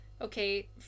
Okay